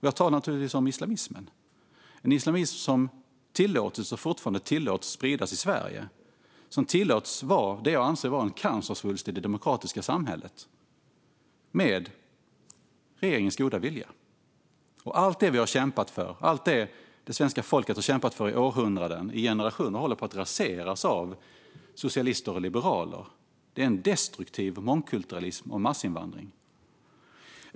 Jag talar naturligtvis om islamismen, som tillåtits och fortfarande tillåts spridas i Sverige och tillåts vara, anser jag, en cancersvulst i det demokratiska samhället - med regeringens goda minne. Allt det vi och det svenska folket har kämpat för i århundraden, i generationer, håller på att raseras av socialister och liberaler. Det handlar om en destruktiv mångkulturalism och massinvandring.